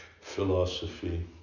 philosophy